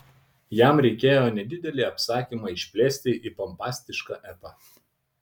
jam reikėjo nedidelį apsakymą išplėsti į pompastišką epą